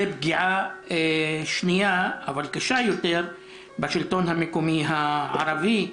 פגיעה שנייה וקשה יותר ברשויות הערביות.